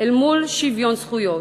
אל מול שוויון זכויות.